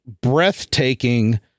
breathtaking